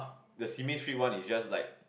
the Simei street one is just like